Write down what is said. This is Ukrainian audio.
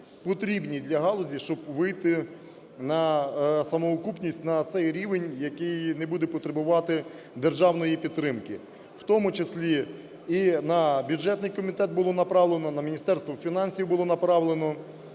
потрібні для галузі, щоб вийти на самоокупність, на цей рівень, який не буде потребувати державної підтримки, в тому числі, і на бюджетний комітет було направлено, на Міністерство фінансів було направлено,